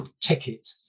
ticket